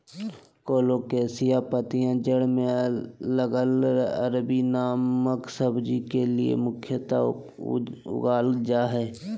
colocasia पत्तियां जड़ में लगल अरबी नामक सब्जी के लिए मुख्यतः उगाल जा हइ